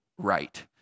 right